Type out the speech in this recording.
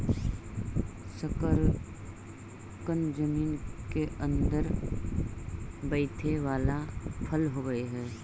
शकरकन जमीन केअंदर बईथे बला फल होब हई